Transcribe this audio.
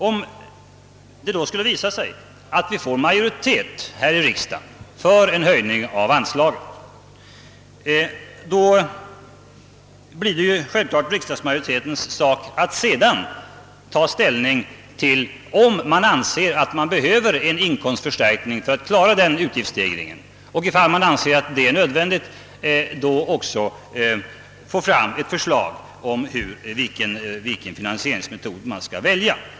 Om det skulle visa sig att vi får majoritet här i riksdagen för en höjning av anslaget, blir det givetvis riksdagsmajoritetens sak att sedan ta ställning till frågan om man behöver en inkomstförstärkning för att klara utgiftsstegringen och, ifall man anser att det är nödvändigt, avgöra vilken finansieringsmetod man skall välja.